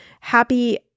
Happy